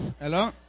Hello